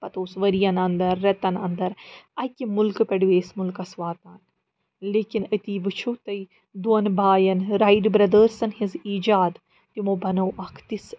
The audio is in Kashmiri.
پَتہٕ اوس ؤرۍ یَن انٛدر ریٚتَن انٛدر اَکہِ مُلکہٕ پٮ۪ٹھ بیٚیِس مُلکَس واتان لیکِن أتی وُچھو تُہۍ دۄن بھایَن رایِٹ برٛیٚدٲرسَن ہنٛز ایٖجاد تِمو بَنٲو اَکھ تِژھ